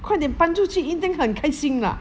快点搬出去一定很开心 lah